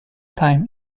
time